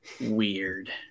weird